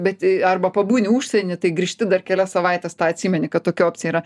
bet arba pabūni užsieny tai grįžti dar kelias savaites tą atsimeni kad tokia opcija yra